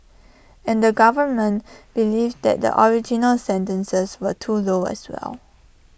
and the government believed that the original sentences were too low as well